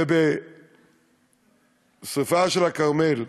ובשרפה בכרמל,